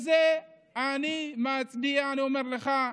אני אומר לך,